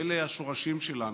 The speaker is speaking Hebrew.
ואלה השורשים שלנו.